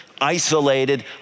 isolated